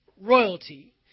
royalty